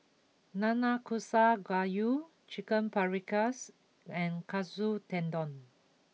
Nanakusa Gayu Chicken Paprikas and Katsu Tendon